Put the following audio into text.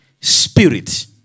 spirit